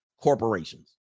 Corporations